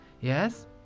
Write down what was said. Yes